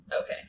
Okay